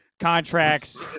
contracts